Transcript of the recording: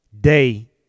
day